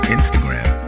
Instagram